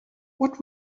what